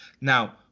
Now